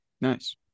Nice